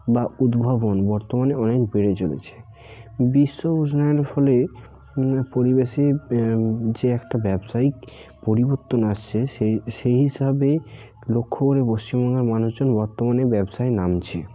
বা উদ্ভাবন বর্তমানে অনেক বেড়ে চলেছে বিশ্ব উষ্ণায়নের ফলে পরিবেশে যে একটা ব্যবসায়িক পরিবর্তন আসছে সে সেই হিসাবে লক্ষ্য করে পশ্চিমবঙ্গের মানুষজন বর্তমানে ব্যবসায়ে নামছে